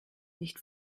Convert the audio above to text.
nicht